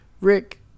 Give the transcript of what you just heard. Rick